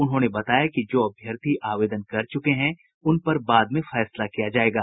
उन्होंने बताया की जो अभ्यर्थी आवेदन कर चूके हैं उन पर बाद में फैसला किया जायेगा